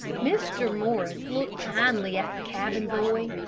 mr. morris looked kindly at the cabin boy.